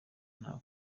nta